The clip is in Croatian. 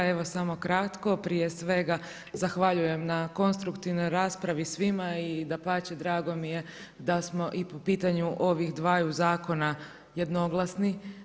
Evo samo kratko, prije svega zahvaljujem na konstruktivnoj raspravi svima i dapače drago mi je da smo i po pitanju ovih dvaju zakona jednoglasni.